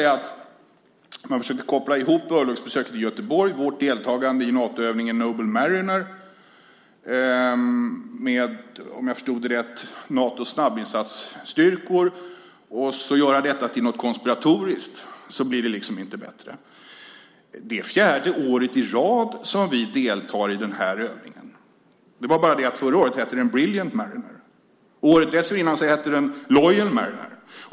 Att försöka koppla ihop örlogsbesöket i Göteborg och vårt deltagande i Natoövningen Noble Mariner med, vad jag förstod, Natos snabbinsatsstyrkor och att sedan göra det till något konspiratoriskt blir det inte bättre av. Det är fjärde året i rad som vi deltar i den här övningen. Det var bara det att förra året hette den Brilliant Mariner. Året dessförinnan hette den Loyal Mariner.